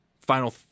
final